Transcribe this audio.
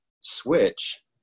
switch